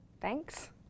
Thanks